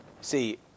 See